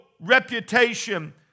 reputation